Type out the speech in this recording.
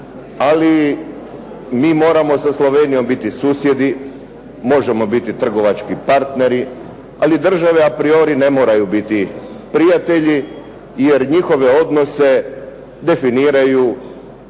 Ali mi moramo sa Slovenijom biti susjedi, možemo biti trgovački partneri. Ali država apriori ne moraju biti prijatelji, jer njihove odnose definiraju